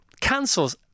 cancels